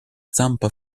zampa